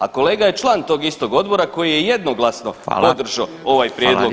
A kolega je član tog istog odbora koji je jednoglasno podržao ovaj prijedlog zakona.